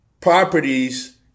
properties